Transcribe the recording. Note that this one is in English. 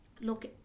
look